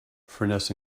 furness